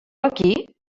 aquí